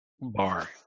bar